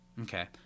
Okay